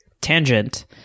tangent